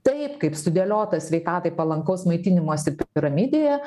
taip kaip sudėliota sveikatai palankaus maitinimosi piramidėje